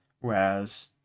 Whereas